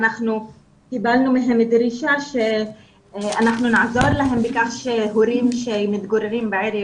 אנחנו קיבלנו מהם דרישה שאנחנו נעזור להם בכך שהורים שמתגוררים בעיר,